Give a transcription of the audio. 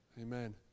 Amen